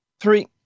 Three